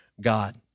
God